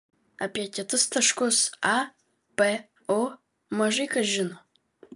apie kitus taškus a p u mažai kas žino